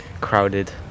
Crowded